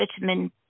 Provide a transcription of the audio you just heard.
vitamin